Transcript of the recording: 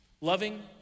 loving